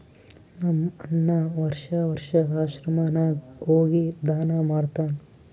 ನಮ್ ಅಣ್ಣಾ ವರ್ಷಾ ವರ್ಷಾ ಆಶ್ರಮ ನಾಗ್ ಹೋಗಿ ದಾನಾ ಮಾಡ್ತಾನ್